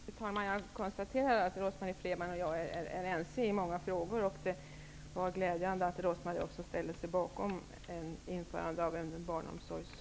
Fru talman! Jag konstaterar att Rose-Marie Frebran och jag är ense i många frågor. Det är glädjande att också Rose-Marie Frebran ställer sig bakom införande av en barnomsorgslag.